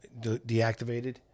deactivated